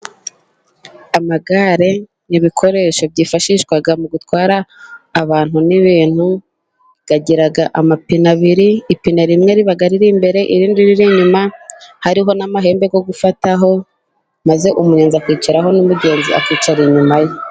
Amagare n'ibikoresho byifashishwa mu gutwara abantu n'ibintu agira amapine abiri ipine rimwe riba riri imbere irindi riri inyuma ,hariho n'amahembe yo gufataho maze umunyonzi akicaraho n'umugenzi akicara inyuma ye.